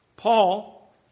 Paul